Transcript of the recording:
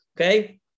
Okay